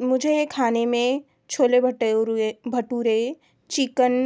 मुझे खाने में छोले भटूरे भटूरे चिकन